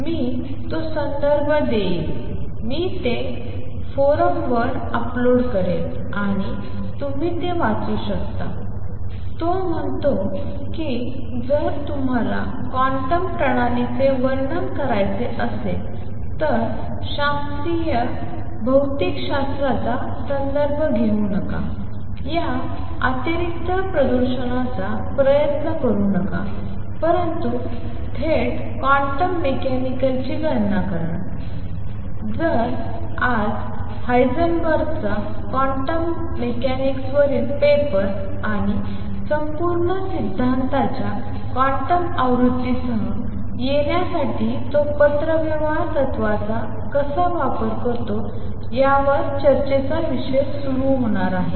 मी तो संदर्भ देईन मी ते फोरमवर अपलोड करेन आणि तुम्ही ते वाचू शकता तो म्हणतो की जर तुम्हाला क्वांटम प्रणालीचे वर्णन करायचे असेल तर शास्त्रीय भौतिकशास्त्राचा संदर्भ घेऊ नका या अतिरिक्त प्रदूषणाचा प्रयत्न करू नका परंतु थेट क्वांटम मेकॅनिकलची गणना करा तर आज हाइसेनबर्गचा क्वांटम मेकॅनिक्सवरील पेपर आणि संपूर्ण सिद्धांताच्या क्वांटम आवृत्तीसह येण्यासाठी तो पत्रव्यवहार तत्त्वाचा कसा वापर करतो यावर चर्चेचा विषय होणार आहे